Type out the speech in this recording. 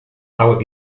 hauek